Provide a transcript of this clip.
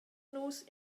nus